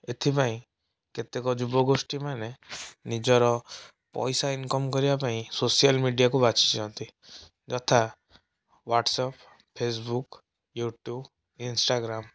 ଏଥିପାଇଁ କେତେକ ଯୁବଗୋଷ୍ଠୀମାନେ ନିଜର ପଇସା ଇନକମ କରିବା ପାଇଁ ସୋସିଆଲ ମିଡ଼ିଆକୁ ବାଛୁଛନ୍ତି ଯଥା ୱାଟସପ ଫେସବୁକ୍ ୟୁଟ୍ୟୁବ ଇନ୍ସଟାଗ୍ରାମ